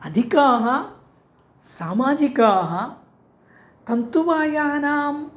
अधिकाः सामाजिकाः तन्तुवायानाम्